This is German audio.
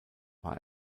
war